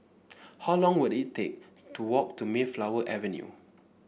how long will it take to walk to Mayflower Avenue